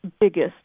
biggest